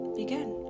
begin